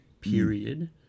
period